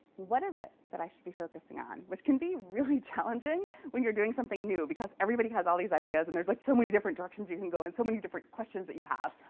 what is it that i should be focusing on which can be really challenging when you're doing something new. because everybody has all these ideas, and there's like so many different directions you can go, and so many different questions that you have.